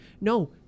no